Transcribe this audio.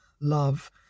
love